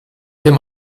dem